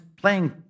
playing